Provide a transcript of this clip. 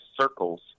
circles